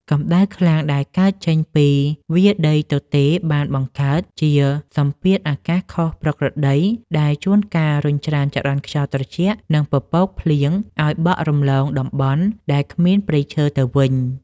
កម្ដៅខ្លាំងដែលកើតចេញពីវាលដីទទេរបានបង្កើតជាសម្ពាធអាកាសខុសប្រក្រតី ដែលជួនកាលរុញច្រានចរន្តខ្យល់ត្រជាក់ និងពពកភ្លៀងឱ្យបក់រំលងតំបន់ដែលគ្មានព្រៃឈើទៅវិញ។